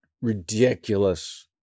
ridiculous